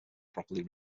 properly